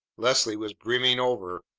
leslie was brimming over.